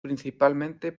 principalmente